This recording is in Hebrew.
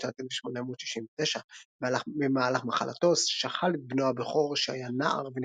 בשנת 1869. במהלך מחלתו שכל את בנו הבכור שהיה נער,